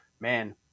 man